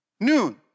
noon